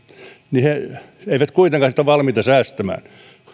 niin he eivät kuitenkaan sitten ole valmiita säästämään